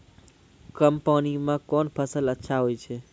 कम पानी म कोन फसल अच्छाहोय छै?